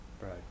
Right